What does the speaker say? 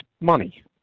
money